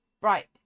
Right